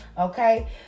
Okay